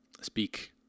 speak